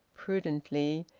prudently,